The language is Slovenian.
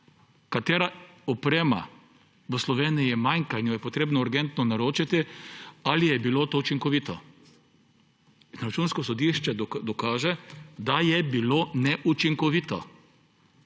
katera oprema v Sloveniji manjka in jo je potrebno urgentno naročiti, učinkovito. In Računsko sodišče dokaže, da je bilo neučinkovito.